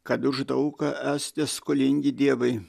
kad už daug ką esate skolingi dievui